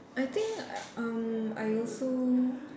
I think uh um I also